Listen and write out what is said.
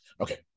Okay